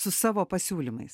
su savo pasiūlymais